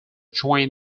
join